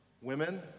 Women